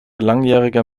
langjähriger